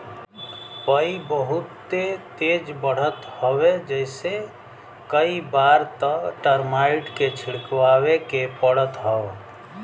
पई बहुते तेज बढ़त हवे जेसे कई बार त टर्माइट के छिड़कवावे के पड़त हौ